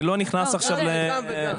אני לא נכנס עכשיו לרטוריקה.